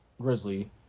Grizzly